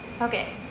Okay